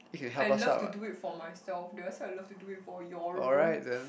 I love to do it for myself did I say I love to do it for your room